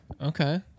Okay